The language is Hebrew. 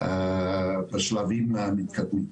בשלבים מתקדמים,